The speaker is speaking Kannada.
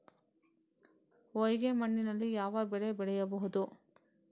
ಹೊಯ್ಗೆ ಮಣ್ಣಿನಲ್ಲಿ ಯಾವ ಬೆಳೆ ಬೆಳೆಯಬಹುದು?